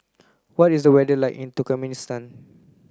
what is the weather like in Turkmenistan